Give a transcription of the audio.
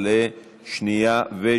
19 בעד,